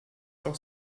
auch